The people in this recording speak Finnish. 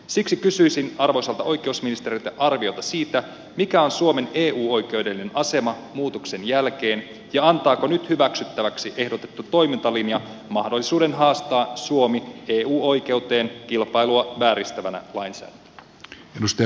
siksi kysyisin arvoisalta oikeusministeriltä arviota siitä mikä on suomen eu oikeudellinen asema muutoksen jälkeen ja antaako nyt hyväksyttäväksi ehdotettu toimintalinja mahdollisuuden haastaa suomi eu oikeuteen kilpailua vääristävänä lainsäätäjänä